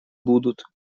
будут